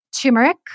turmeric